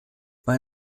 bei